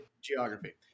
geography